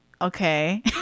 Okay